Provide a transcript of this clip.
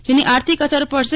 જેની આર્થિક અસર પડશે